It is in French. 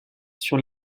sur